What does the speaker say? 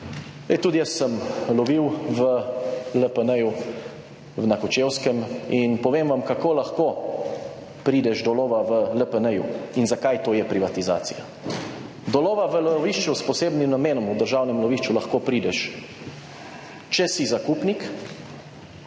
tudi jaz sem lovil v LPN na Kočevskem in povem vam, kako lahko prideš do lova v LPN in zakaj to je privatizacija. Do lova v lovišču s posebnim namenom, v državnem lovišču lahko prideš, če si zakupnik,